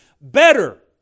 better